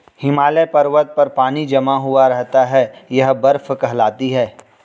हिमालय पर्वत पर पानी जमा हुआ रहता है यह बर्फ कहलाती है